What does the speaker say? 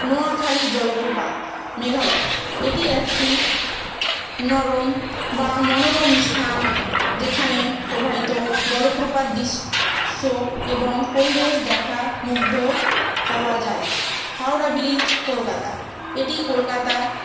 নোয়াখালী জলপ্রপাত মেঘালয় এটি একটি নরম বা মনোরম স্থান যেখানে প্রবাহিত জলপ্রপাত দৃশ্য এবং পরিবেশ দেখা মুুগ্ধ হওয়া যায় হাওড়া ব্রিজ কলকাতা এটি কলকাতা